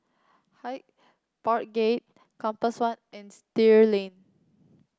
Hyde Park Gate Compass One and Still Lane